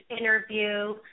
interview